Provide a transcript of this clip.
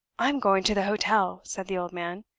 i am going to the hotel, said the old man,